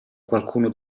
qualcuno